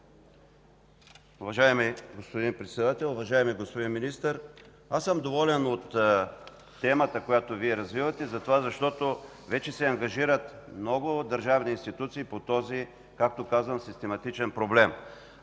Уважаеми господин Председател! Уважаеми господин Министър, аз съм доволен от схемата, която Вие развивате, защото вече се ангажират много държавни институции по този, както казвам, систематичен проблем.